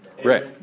Right